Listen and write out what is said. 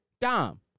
Dom